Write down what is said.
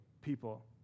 people